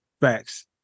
Facts